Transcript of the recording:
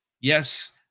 Yes